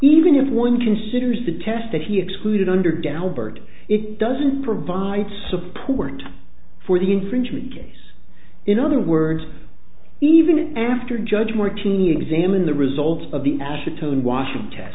even if one considers the test that he excluded under daubert it doesn't provide support for the infringement case in other words even after judge martini examine the results of the ash atoned washing test